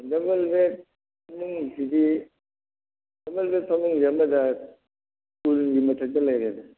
double bed ꯐꯃꯨꯡꯁꯤꯗꯤ double bed ꯐꯃꯨꯡꯁꯦ ꯑꯃꯗ ꯀꯨꯟꯒꯤ ꯃꯊꯛꯇ ꯂꯩꯔꯦꯕ